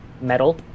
metal